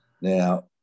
Now